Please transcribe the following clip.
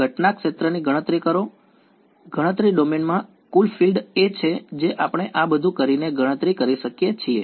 અરે વાહ ગણતરી ડોમેનમાં કુલ ફીલ્ડ એ છે જે આપણે આ બધું કરીને ગણતરી કરી શકીએ છીએ